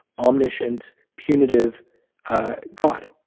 omniscient, punitive god,